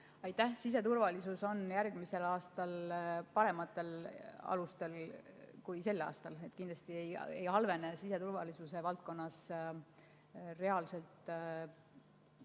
Aitäh! Siseturvalisus on järgmisel aastal parematel alustel kui sel aastal. Kindlasti ei halvene siseturvalisuse valdkonnas reaalselt